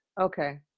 okay